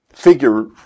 figure